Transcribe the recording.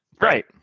Right